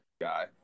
guy